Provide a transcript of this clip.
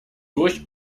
durch